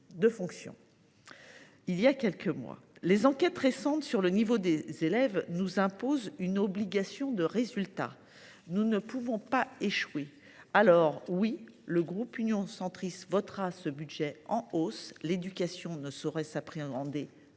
en fonctions, voilà quelques mois. Les enquêtes récentes sur le niveau des élèves nous imposent une obligation de résultat. Nous ne pouvons pas échouer. Le groupe Union Centriste votera ce budget en hausse, mais l’éducation ne saurait s’appréhender